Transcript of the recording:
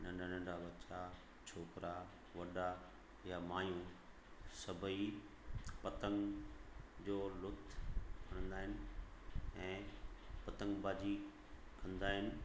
नंढा नंढा बचा छोकिरा वॾा या माइयूं सभई पतंग जो लुत्फ खणंदा आहिनि ऐं पतंगबाजी कंदा आहिनि